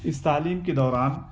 اس تعلیم کے دوران